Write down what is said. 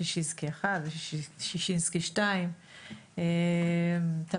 ששנסקי אחד וששינסקי שתיים, תודה רבה.